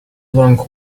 long